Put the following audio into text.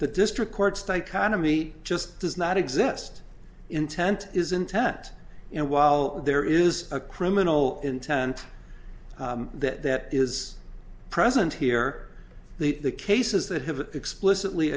the district court's dichotomy just does not exist intent is intent and while there is a criminal intent that is present here the the cases that have explicitly